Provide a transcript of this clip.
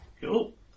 Cool